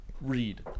read